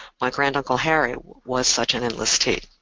my grand uncle harry was such an enlistee.